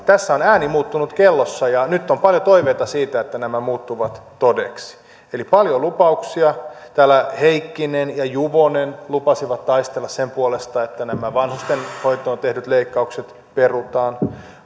tässä on ääni muuttunut kellossa ja nyt on paljon toiveita siitä että nämä muuttuvat todeksi eli paljon lupauksia täällä heikkinen ja juvonen lupasivat taistella sen puolesta että nämä vanhustenhoitoon tehdyt leikkaukset perutaan